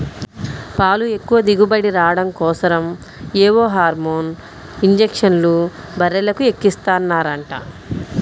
పాలు ఎక్కువ దిగుబడి రాడం కోసరం ఏవో హార్మోన్ ఇంజక్షన్లు బర్రెలకు ఎక్కిస్తన్నారంట